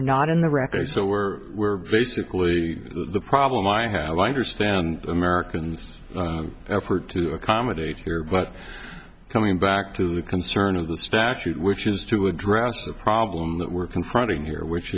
not in the record so we're basically the problem i have understand americans effort to accommodate here but coming back to the concern of the statute which is to address the problem that we're confronting here which